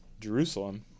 Jerusalem